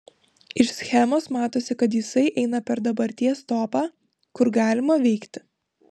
iš schemos matosi kad jisai eina per dabarties topą kur galima veikti